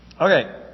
Okay